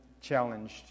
challenged